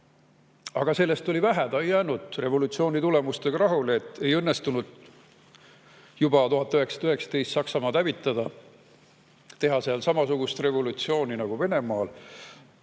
Aga sellest oli vähe, ta ei jäänud revolutsiooni tulemustega rahule, sest ei õnnestunud juba 1919 Saksamaad hävitada, teha seal samasugust revolutsiooni nagu Venemaal.